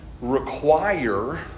require